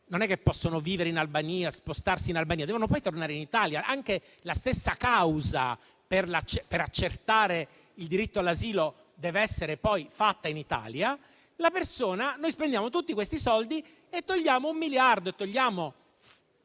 non possono vivere o spostarsi in Albania, ma devono poi tornare in Italia. Anche la stessa causa per accertare il diritto all'asilo deve essere fatta in Italia. Spendiamo tutti questi soldi, utilizzando un miliardo